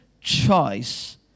choice